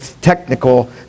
technical